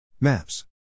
Maps